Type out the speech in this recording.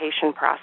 process